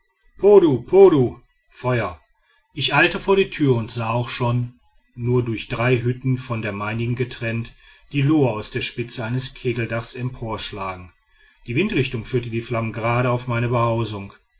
ich eilte vor die tür und sah auch schon nur durch drei hütten von der meinigen getrennt die lohe aus der spitze eines kegeldachs emporschlagen die windrichtung führte die flamme gerade auf meine behausung